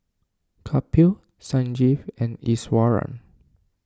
Kapil Sanjeev and Iswaran